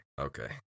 okay